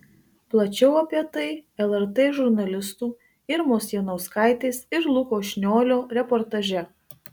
plačiau apie tai lrt žurnalistų irmos janauskaitės ir luko šniolio reportaže